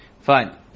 Fine